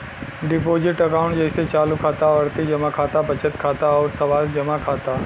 deposit account जइसे चालू खाता, आवर्ती जमा खाता, बचत खाता आउर सावधि जमा खाता